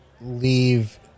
leave